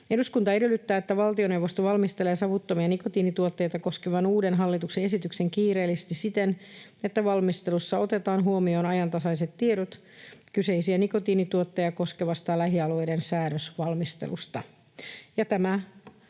”Eduskunta edellyttää, että valtioneuvosto valmistelee savuttomia nikotiinituotteita koskevan uuden hallituksen esityksen kiireellisesti siten, että valmistelussa otetaan huomioon ajantasaiset tiedot kyseisiä nikotiinituotteita koskevasta lähialueiden säädösvalmistelusta.”